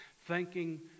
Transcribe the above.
thanking